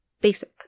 basic